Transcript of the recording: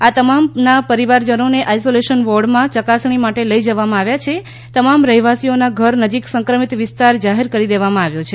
આ તમામના પરિવારજનોને આઇસોલેશન વોર્ડમાં ચકાસણી માટે લઈ જવામાં આવ્યા છે તમામ રહેવાસીઓના ઘર નજીક સંક્રમિત વિસ્તાર જાહેર કરી દેવામાં આવ્યો છે